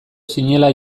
zinela